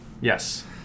Yes